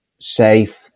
safe